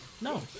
No